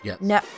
No